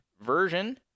version